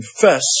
confess